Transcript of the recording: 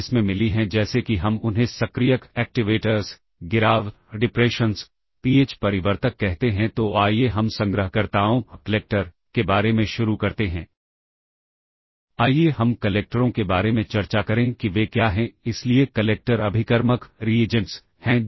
आगे चलकर जब हम सिस्टम के इंटरप्ट्स को देखेंगे तो इस तरह के सिचुएशन आएंगे तो हम यह चाहते हैं कि इस रूटिंग पर आने से पहले BC और DE कि जो वैल्यू थी वह पहले की तरह ही अपने स्थान पर रिस्टोर हो जाए